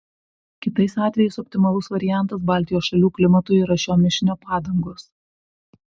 kitais atvejais optimalus variantas baltijos šalių klimatui yra šio mišinio padangos